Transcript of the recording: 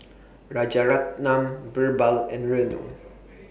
Rajaratnam Birbal and Renu